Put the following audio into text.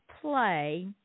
play